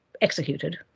executed